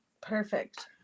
Perfect